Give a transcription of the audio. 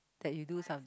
that you do something